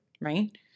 Right